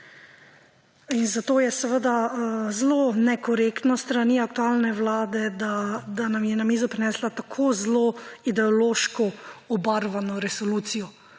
in zato je seveda zelo nekorektno s strani aktualne Vlade, da nam je na mizo prinesla tako zelo ideološko obarvano resolucijo.